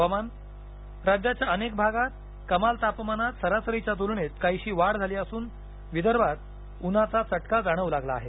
हवामान राज्याच्या अनेक भागात कमाल तापमानात सरासरीच्या तुलनेत काहीशी वाढ झाली असून विदर्भात उन्हाचा चटका जाणवू लागला आहे